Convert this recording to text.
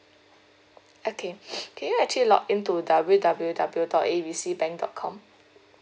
okay can you actually login to W W W dot A B C bank dot com